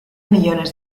millones